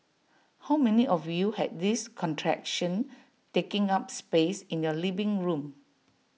how many of you had this contraption taking up space in your living room